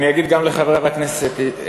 אגיד גם לחברי הכנסת.